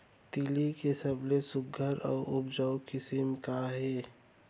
तिलि के सबले सुघ्घर अऊ उपजाऊ किसिम का हे?